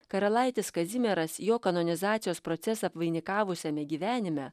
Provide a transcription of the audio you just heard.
karalaitis kazimieras jo kanonizacijos procesą apvainikavusiame gyvenime